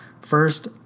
First